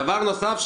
דבר נוסף: